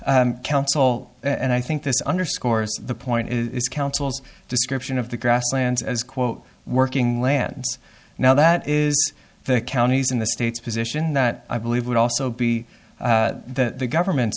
is counsel and i think this underscores the point is counsel's description of the grasslands as quote working lands now that is the counties in the state's position that i believe would also be the government